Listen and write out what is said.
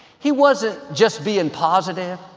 he wasn't just being positive,